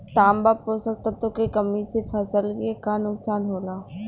तांबा पोषक तत्व के कमी से फसल के का नुकसान होला?